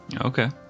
Okay